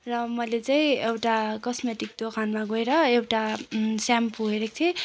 र मैले चाहिँ एउटा कस्मेटिक दोकानमा गएर एउटा सेम्पू हेरेको थिएँ